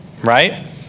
right